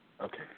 okay